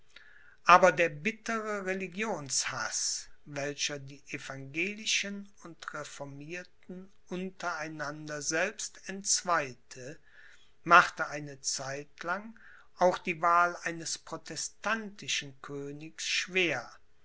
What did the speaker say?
aber der bittere religionshaß welcher die evangelischen und reformierten unter einander selbst entzweite machte eine zeit lang auch die wahl eines protestantischen königs schwer